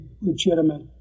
legitimate